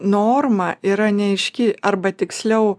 norma yra neaiški arba tiksliau